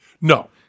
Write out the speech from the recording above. No